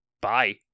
bye